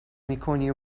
میکنی